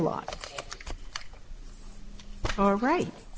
lot all right